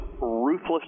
ruthless